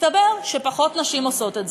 מסתבר שפחות נשים עושות את,